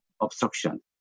obstruction